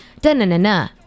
da-na-na-na